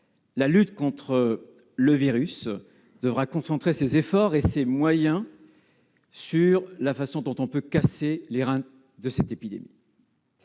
la lutte contre le virus devra concentrer ses efforts et ses moyens sur la façon dont nous pouvons casser les reins de cette épidémie.